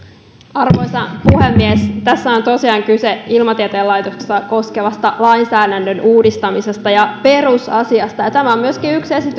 arvoisa puhemies tässä on tosiaan kyse ilmatieteen laitosta koskevan lainsäädännön uudistamisesta ja perusasiasta ja tämä on myöskin yksi